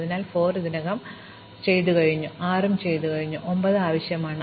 അതിനാൽ 4 ഇതിനകം ചെയ്തു 6 ഇതിനകം ചെയ്തു പക്ഷേ 9 ആവശ്യമാണ്